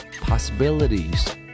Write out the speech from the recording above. possibilities